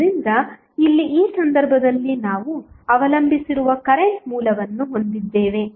ಆದ್ದರಿಂದ ಇಲ್ಲಿ ಈ ಸಂದರ್ಭದಲ್ಲಿ ನಾವು ಅವಲಂಬಿಸಿರುವ ಕರೆಂಟ್ ಮೂಲವನ್ನು ಹೊಂದಿದ್ದೇವೆ